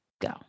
go